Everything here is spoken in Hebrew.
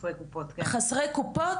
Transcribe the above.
חסרי קופות,